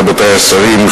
רבותי השרים,